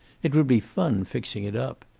it would be fun fixing it up.